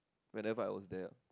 whenever I was there ah